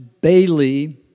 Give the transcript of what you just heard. Bailey